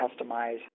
customize